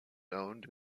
owned